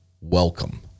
welcome